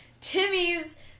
Timmy's